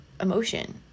emotion